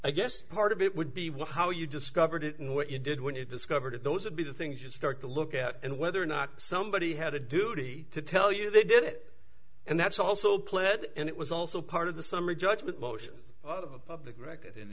i guess part of it would be what how you discovered it and what you did when you discovered it those would be the things you'd start to look at and whether or not somebody had a duty to tell you they did it and that's also pled and it was also part of the summary judgment motions of a public record